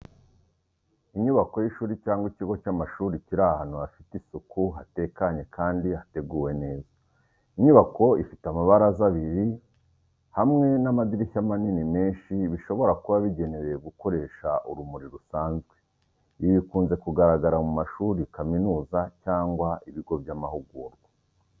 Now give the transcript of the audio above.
Inyubako y’ishuri cyangwa ikigo cy’amashuri kiri ahantu hafite isuku, hatekanye kandi hateguwe neza. Inyubako ifite amabaraza abiri hamwe n’amadirishya manini menshi bishobora kuba bigenewe gukoresha urumuri rusanzwe. Ibi bikunze kugaragara mu mashuri, kaminuza cyangwa ibigo by'amahugurwa.